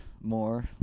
more